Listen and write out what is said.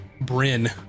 Bryn